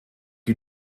you